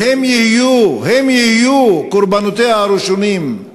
והם יהיו קורבנותיה הראשונים.